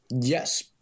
Yes